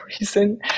reason